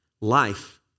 life